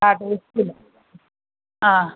ആ ആ